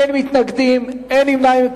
אין מתנגדים ואין נמנעים.